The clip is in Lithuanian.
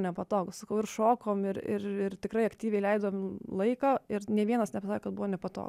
nepatogu sakau ir šokom ir ir ir tikrai aktyviai leidom laiką ir nė vienas nepasakė kad buvo nepatogu